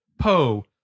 Poe